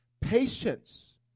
Patience